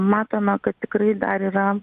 matome kad tikrai dar yra